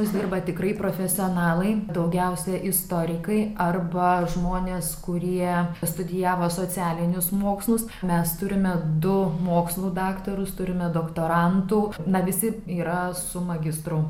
pas mus dirba tikrai profesionalai daugiausia istorikai arba žmonės kurie studijavo socialinius mokslus mes turime du mokslų daktarus turime doktorantų na visi yra su magistru